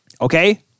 Okay